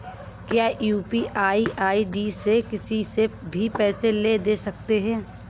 क्या UPI ID से किसी से भी पैसे ले दे सकते हैं?